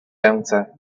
ręce